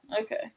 Okay